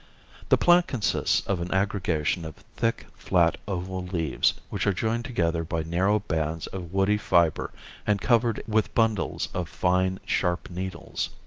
the plant consists of an aggregation of thick, flat, oval leaves, which are joined together by narrow bands of woody fiber and covered with bundles of fine, sharp needles.